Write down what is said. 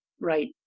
right